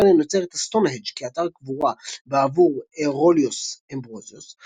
מרלין יוצר את הסטונהנג' כאתר-קבורה בעבור אאורליוס אמברוזיוס.